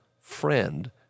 friend